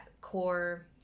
core